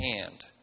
hand